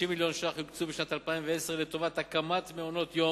50 מיליון ש"ח יוקצו בשנת 2010 לטובת הקמת מעונות-יום,